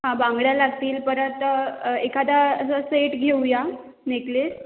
हां बांगड्या लागतील परत एखादा असं सेट घेऊ या नेकलेस